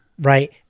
Right